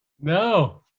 No